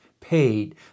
paid